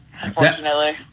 unfortunately